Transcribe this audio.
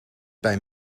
bij